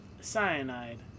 cyanide